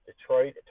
Detroit